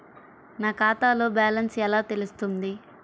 నా ఖాతాలో బ్యాలెన్స్ ఎలా తెలుస్తుంది?